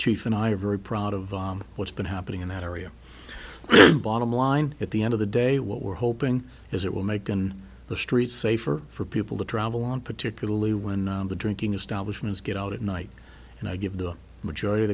chief and i are very proud of what's been happening in that area bottom line at the end of the day what we're hoping is it will make in the streets safer for people to travel on particularly when the drinking establishments get out at night and i give the majority